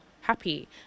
happy